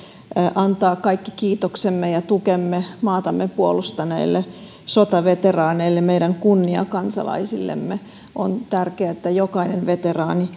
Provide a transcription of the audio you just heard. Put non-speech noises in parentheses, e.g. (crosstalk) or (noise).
antaa kaikki kiitoksemme ja tukemme maatamme puolustaneille sotaveteraaneille meidän kunniakansalaisillemme on tärkeää että jokainen veteraani (unintelligible)